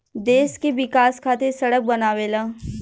देश के विकाश खातिर सड़क बनावेला